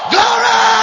Glory